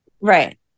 Right